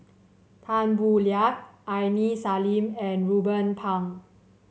Tan Boo Liat Aini Salim and Ruben Pang